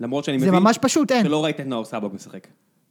למרות שאני מבין. זה ממש פשוט, אין. שלא ראית נאור סבג משחק.